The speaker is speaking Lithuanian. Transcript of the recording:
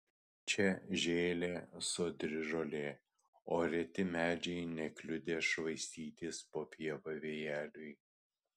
čia žėlė sodri žolė o reti medžiai nekliudė švaistytis po pievą vėjeliui